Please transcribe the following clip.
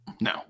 No